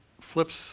flips